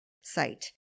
site